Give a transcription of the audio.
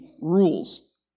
rules